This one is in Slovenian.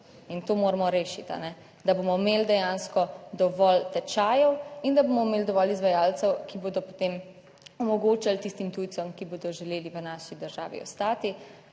in to moramo rešiti, kaj ne, da bomo imeli dejansko dovolj tečajev, in da bomo imeli dovolj izvajalcev, ki bodo potem omogočali tistim tujcem, ki bodo želeli v naši državi ostati,